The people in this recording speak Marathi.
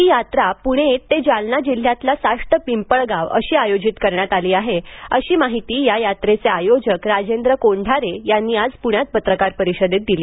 ही यात्रा पुणे ते जालना जिल्ह्यातील साष्ट पिंपळगाव अशी आयोजित करण्यात आली आहे अशी माहिती या यात्रेचे आयोजक राजेंद्र कोंढारे यांनी आज पुण्यात पत्रकार परिषदेत दिली